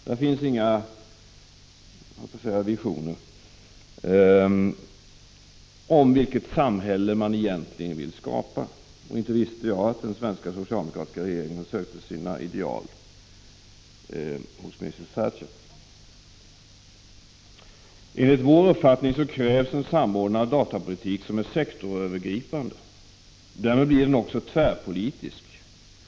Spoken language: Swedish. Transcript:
Där finns inga visioner om vilket samhälle man egentligen vill skapa. Inte visste jag att den svenska socialdemokratiska regeringen sökte sina ideal hos Mrs. Thatcher. Enligt vår uppfattning krävs en samordnad datapolitik som är sektoröver gripande. Därmed blir den också tvärpolitisk. Det går inte att göra Prot.